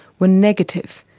were negative.